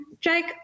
Jake